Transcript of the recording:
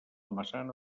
massana